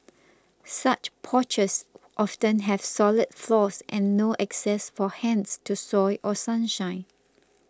such porches often have solid floors and no access for hens to soil or sunshine